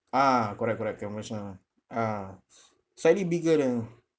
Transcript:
ah correct correct can wash one ah ah slightly bigger than